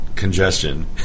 Congestion